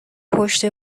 پشت